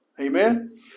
Amen